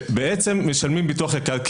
ומשלמים ביטוח יקר,